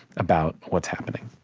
about what's happening